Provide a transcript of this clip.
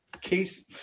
Case